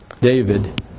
David